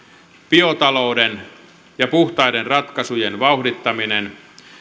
biotalouden ja puhtaiden ratkaisujen vauhdittaminen